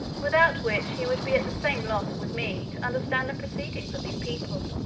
without which he would be at the same loss with me to understand the proceedings of these people,